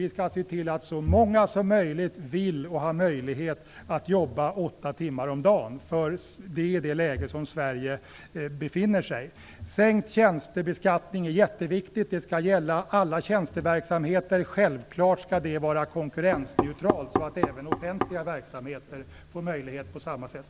Vi skall se till att så många som möjligt vill och har möjlighet att jobba åtta timmar om dagen, för det är det läge som Sverige befinner sig i. Sänkt tjänstebeskattning är jätteviktigt. Det skall gälla alla tjänsteverksamheter. Självfallet skall det vara konkurrensneutralt så att även offentliga verksamheter får samma möjlighet.